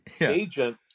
agent